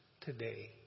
today